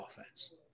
offense